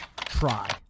try